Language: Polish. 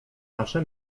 nasze